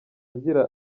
agira